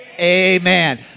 Amen